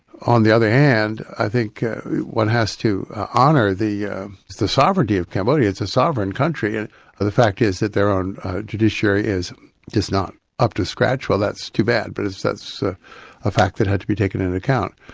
on the other hand i think one has to honour the the sovereignty of cambodia, it's a sovereign country and ah the fact is that their own judiciary is just not up to scratch, well that's too bad, but that's so a fact that had to be taken into account.